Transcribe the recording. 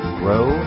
grow